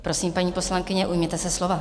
Prosím, paní poslankyně, ujměte se slova.